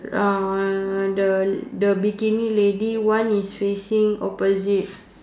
the the bikini lady one is facing opposite